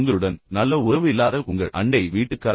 உங்களுடன் நல்ல உறவு இல்லாத உங்கள் அண்டை வீட்டுக்காரரா